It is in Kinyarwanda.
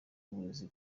uburezi